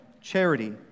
charity